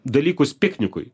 dalykus piknikui